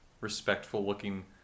respectful-looking